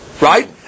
right